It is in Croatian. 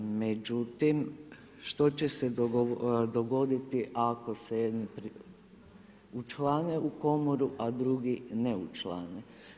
Međutim što će se dogoditi ako se jedni učlane u komoru a drugi ne učlane?